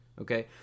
okay